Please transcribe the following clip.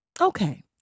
Okay